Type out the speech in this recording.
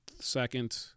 second